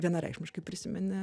vienareikšmiškai prisimeni